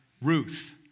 Ruth